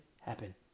happen